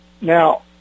Now